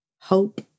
Hope